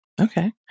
Okay